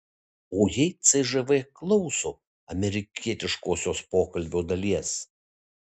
o jei cžv klauso amerikietiškosios pokalbio dalies